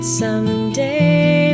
someday